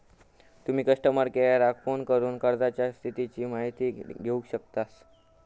तुम्ही कस्टमर केयराक फोन करून कर्जाच्या स्थितीची माहिती घेउ शकतास